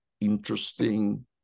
interesting